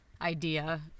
idea